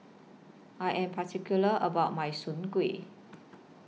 I Am particular about My Soon Kway